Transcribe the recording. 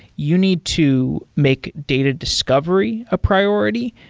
you need to make data discovery a priority.